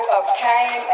obtain